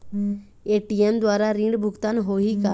ATM द्वारा ऋण भुगतान होही का?